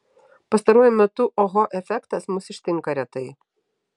pastaruoju metu oho efektas mus ištinka retai